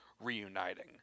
reuniting